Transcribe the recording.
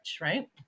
right